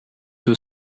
two